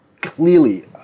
clearly